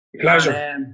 Pleasure